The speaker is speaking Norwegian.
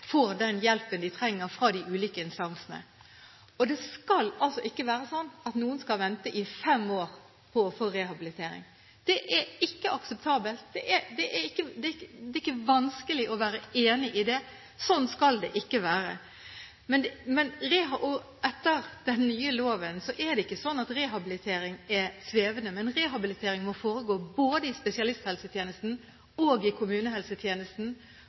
skal ikke være sånn at noen skal vente i fem år på å få rehabilitering – det er ikke akseptabelt. Det er ikke vanskelig å være enig i det. Slik skal det ikke være. Etter den nye loven er det ikke slik at rehabilitering er svevende, men rehabilitering må foregå både i spesialisthelsetjenesten og i kommunehelsetjenesten,